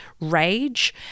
rage